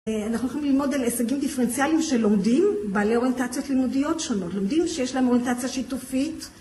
אנחנו הולכים ללמוד על הישגים דיפרנציאליים של לומדים, בעלי אוריינטציות לימודיות שונות. לומדים שיש להם אוריינטציה שיתופית,